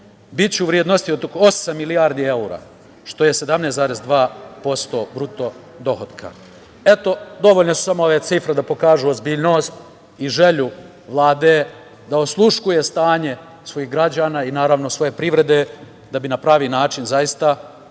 biće u vrednosti od oko osam milijardi evra, što je 17,2% BDP. Eto, dovoljne su samo ove cifre da pokažu ozbiljnost i želju Vlade da osluškuje stanje svojih građana i naravno svoje privrede da bi na pravi način